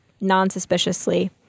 non-suspiciously